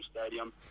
stadium